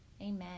Amen